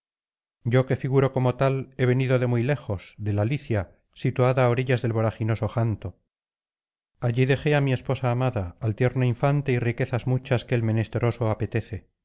yo que figuro como tal he venido de muy lejos de la licia situada á orillas del voraginoso janto allí dejé ámi esposa amada al tierno infante y riquezas muchas que el menesteroso apetece